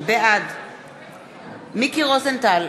בעד מיקי רוזנטל,